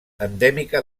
endèmica